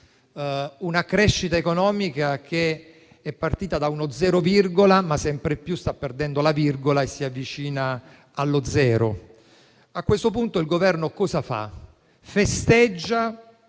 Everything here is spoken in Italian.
una crescita economica che è partita da uno zero virgola ma sempre più sta perdendo la virgola e si avvicina allo zero, il Governo festeggia